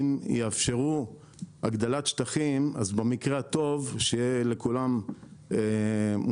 אם יאפשרו הגדלת שטחים אז במקרה הטוב שיהיה לכולם מושג,